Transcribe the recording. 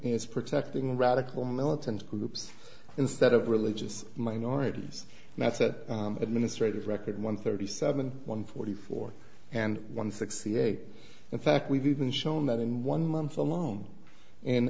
is protecting radical militant groups instead of religious minorities and that's a administrative record one thirty seven one forty four and one sixty eight in fact we've even shown that in one month alone